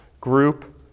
group